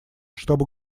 чтобы